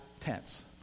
tense